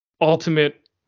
ultimate